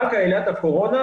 רק עילת הקורונה,